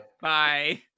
Bye